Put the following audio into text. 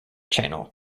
channel